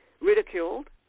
ridiculed